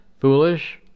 foolish